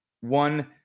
One